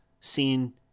seen